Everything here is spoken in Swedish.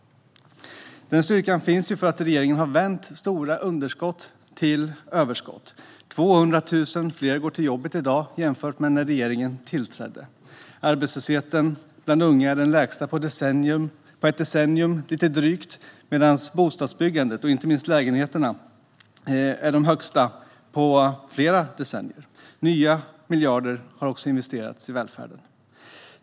Den styrkan finns för att regeringen har vänt stora underskott till överskott. 200 000 fler går till jobbet i dag jämfört med när regeringen tillträdde. Arbetslösheten bland unga är den lägsta på lite drygt ett decennium, och byggandet av bostäder, inte minst lägenheter, är det högsta på flera decennier. Nya miljarder har också investerats i välfärden.